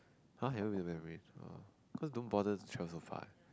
!huh! you haven't been to oh cause don't bother to travel so far